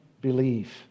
believe